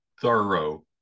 thorough